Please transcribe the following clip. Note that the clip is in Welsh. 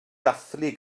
dathlu